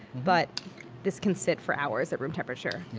but this can sit for hours at room temperature.